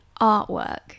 artwork